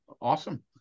awesome